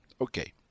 Okay